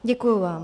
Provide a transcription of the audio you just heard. Děkuji vám.